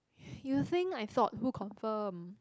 you think I thought who confirm